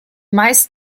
meist